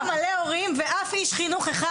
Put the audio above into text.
יש פה מלא הורים ואף איש חינוך אחד.